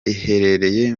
iherereye